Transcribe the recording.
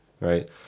right